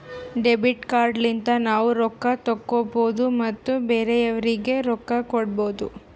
debit card ಲಿಂತ ನಾವ್ ರೊಕ್ಕಾ ತೆಕ್ಕೋಭೌದು ಮತ್ ಬೇರೆಯವ್ರಿಗಿ ರೊಕ್ಕಾ ಕೊಡ್ಭೌದು